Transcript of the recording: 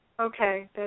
Okay